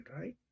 right